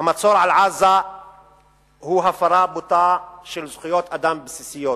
המצור על עזה הוא הפרה בוטה של זכויות אדם בסיסיות.